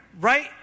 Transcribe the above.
right